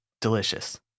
delicious